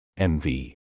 MV